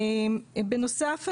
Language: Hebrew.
בנוסף,